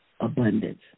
Abundance